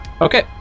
Okay